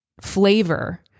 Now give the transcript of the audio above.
flavor